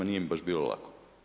Nije mi baš bilo lako.